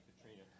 Katrina